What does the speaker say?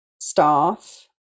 staff